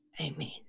Amen